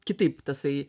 kitaip tasai